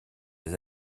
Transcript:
des